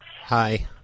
Hi